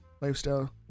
Lifestyle